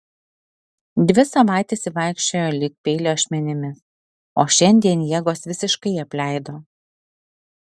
dvi savaites ji vaikščiojo lyg peilio ašmenimis o šiandien jėgos visiškai apleido